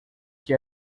que